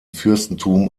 fürstentum